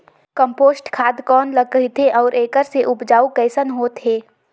Compost खाद कौन ल कहिथे अउ एखर से उपजाऊ कैसन होत हे?